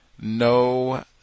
no